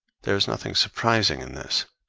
there is nothing surprising in this,